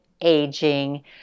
aging